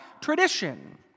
Tradition